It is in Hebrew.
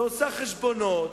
ועושה חשבונות,